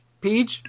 Peach